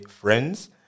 friends